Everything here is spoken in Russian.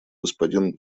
господин